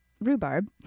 rhubarb